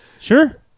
Sure